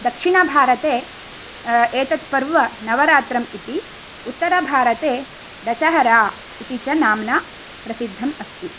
दक्षिणभारते एतद् पर्व नवरात्रम् इति उत्तरभारते दशहरा इति च नाम्ना प्रसिद्धम् अस्ति